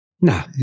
No